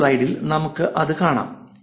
അടുത്ത സ്ലൈഡിൽ നമുക്ക് അത് കാണാം